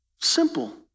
Simple